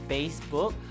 Facebook